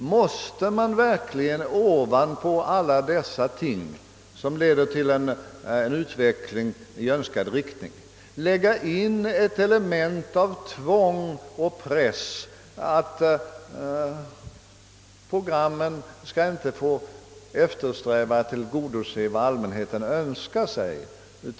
Måste man verkligen ovanpå allt detta som leder till en utveckling i önskad riktning lägga in ett element av tvång och press, så att program inte skall »för mycket» få eftersträva att tillgodose vad allmänheten önskar sig?